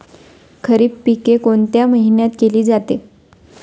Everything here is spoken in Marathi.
खरीप पिके कोणत्या महिन्यात केली जाते?